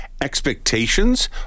expectations